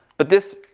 but this,